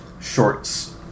shorts